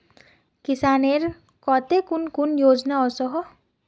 किसानेर केते कुन कुन योजना ओसोहो?